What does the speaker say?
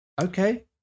Okay